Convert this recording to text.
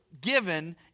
given